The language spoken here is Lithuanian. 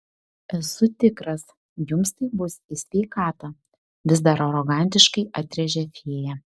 esu tikras jums tai bus į sveikatą vis dar arogantiškai atrėžė fėja